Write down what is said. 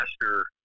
master